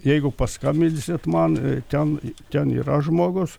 jeigu paskambinsit man ten ten yra žmogus